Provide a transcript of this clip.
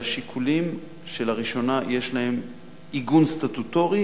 והשיקולים שלראשונה יש להם עיגון סטטוטורי